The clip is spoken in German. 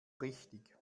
richtig